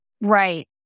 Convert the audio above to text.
Right